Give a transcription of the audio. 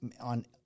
on